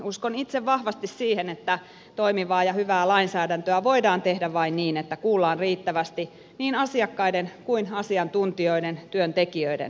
uskon itse vahvasti siihen että toimivaa ja hyvää lainsäädäntöä voidaan tehdä vain niin että kuullaan riittävästi niin asiakkaiden kuin asiantuntijoiden työn tekijöiden näkemyksiä